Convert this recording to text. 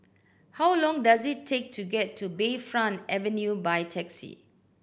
how long does it take to get to Bayfront Avenue by taxi